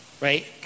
Right